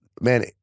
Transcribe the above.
Man